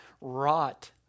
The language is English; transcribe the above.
rot